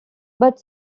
but